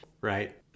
right